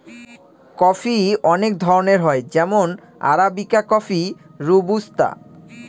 coffee অনেক ধরনের হয় যেমন আরাবিকা কফি, রোবুস্তা